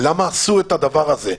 למה עשו את הדבר הזה?